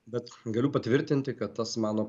bet galiu patvirtinti kad tas mano